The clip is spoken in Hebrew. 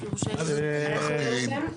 מה זה תנאים מחמירים?